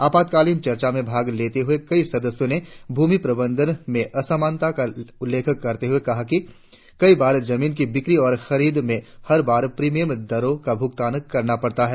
आपातकालिन चर्चा में भाग लेते हुए कई सदस्यों ने भूमि प्रबंधन में असमानता का उल्लेख करते हुए कहा कि कई बार जमीन की बिक्री और खरीद में हर बार प्रिमियम दरों का भुकतान करना पड़ता है